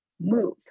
move